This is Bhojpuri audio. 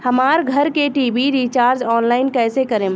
हमार घर के टी.वी रीचार्ज ऑनलाइन कैसे करेम?